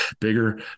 bigger